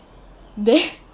then